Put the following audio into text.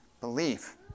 belief